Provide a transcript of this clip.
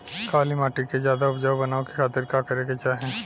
काली माटी के ज्यादा उपजाऊ बनावे खातिर का करे के चाही?